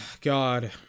God